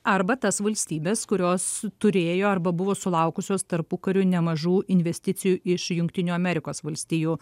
arba tas valstybes kurios turėjo arba buvo sulaukusios tarpukariu nemažų investicijų iš jungtinių amerikos valstijų